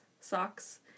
socks